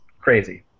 crazy